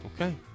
Okay